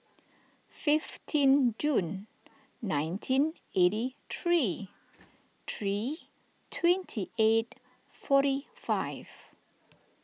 fifteen June nineteen eighty three three twenty eight forty five